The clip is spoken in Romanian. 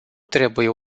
trebuie